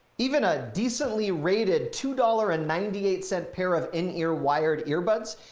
even a decently rated two dollars and ninety eight cent pair of in ear wired earbuds.